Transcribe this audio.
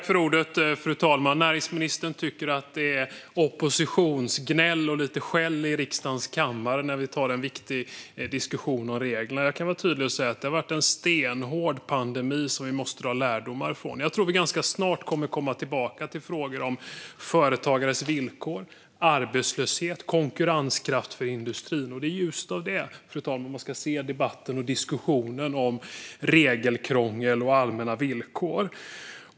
Fru talman! Näringsministern tycker att det är oppositionsgnäll och skäll i riksdagens kammare när vi tar en viktig diskussion om regler. Jag kan vara tydlig och säga att det har varit en stenhård pandemi som vi måste dra lärdomar av. Jag tror att vi ganska snart kommer att komma tillbaka till frågor om företagares villkor, arbetslöshet och konkurrenskraft för industrin. Det är i ljuset av det, fru talman, man ska se debatten och diskussionen om regelkrångel och allmänna villkor.